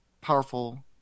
powerful